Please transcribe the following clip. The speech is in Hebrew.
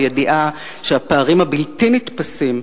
הידיעה שהפערים הבלתי-נתפסים,